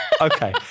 okay